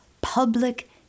public